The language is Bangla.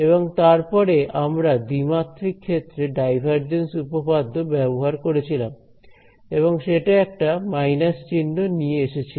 এবং তারপরে আমরা দ্বিমাত্রিক ক্ষেত্রে ডাইভারজেন্স উপপাদ্য ব্যবহার করেছিলাম এবং সেটা একটা মাইনাস চিহ্ন নিয়ে এসেছিল